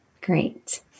Great